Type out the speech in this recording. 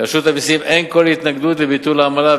לרשות המסים אין כל התנגדות לביטול העמלה.